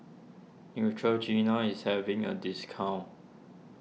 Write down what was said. Neutrogena is having a discount